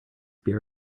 beer